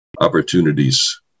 opportunities